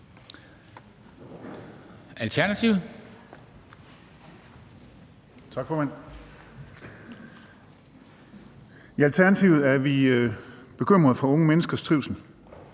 I Alternativet er vi bekymrede for unge menneskers trivsel